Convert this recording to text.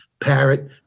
Parrot